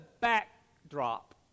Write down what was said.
backdrop